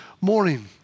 morning